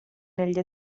negli